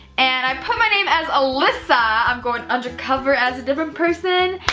and i put my name as alyssa. i'm going undercover as a different person,